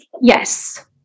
Yes